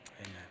Amen